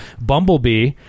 Bumblebee